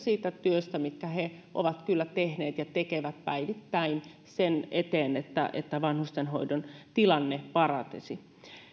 siitä työstä mitä he ovat kyllä tehneet ja tekevät päivittäin sen eteen että että vanhustenhoidon tilanne paranisi